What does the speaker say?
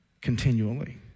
continually